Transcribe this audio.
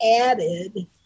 added